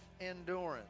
endurance